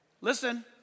Listen